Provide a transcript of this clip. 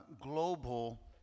global